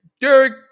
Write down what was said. Derek